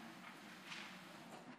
כבוד היושב-ראש, אני לא